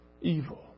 evil